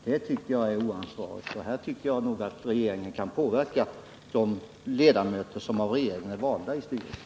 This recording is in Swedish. Det är oansvarigt, och jag tycker nog att regeringen kan påverka de ledamöter i styrelsen som är valda av regeringen.